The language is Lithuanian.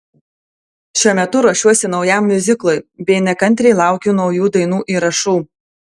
šiuo metu ruošiuosi naujam miuziklui bei nekantriai laukiu naujų dainų įrašų